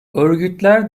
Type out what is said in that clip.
örgütler